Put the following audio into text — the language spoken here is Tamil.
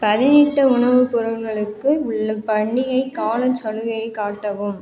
பதனிட்ட உணவுப் பொருட்களுக்கு உள்ள பண்டிகைக் காலச் சலுகையை காட்டவும்